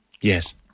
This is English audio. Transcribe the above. Yes